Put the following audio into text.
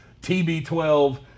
TB12